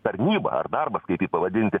tarnyba ar darbas kaip jį pavadinti